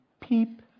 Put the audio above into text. Peep